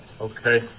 Okay